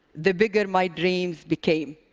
the bigger my dreams became.